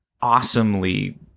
awesomely